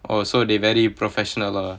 oh so they very professional lah